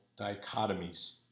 dichotomies